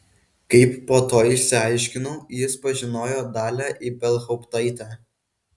kaip po to išsiaiškinau jis pažinojo dalią ibelhauptaitę